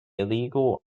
illegal